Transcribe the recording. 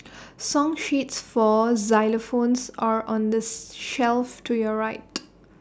song sheets for xylophones are on the shelf to your right